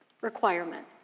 requirement